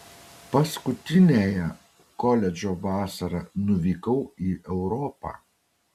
paskutiniąją koledžo vasarą nuvykau į europą